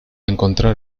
encontrar